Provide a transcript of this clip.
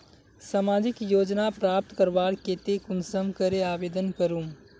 सामाजिक योजना प्राप्त करवार केते कुंसम करे आवेदन करूम?